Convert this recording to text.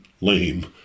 lame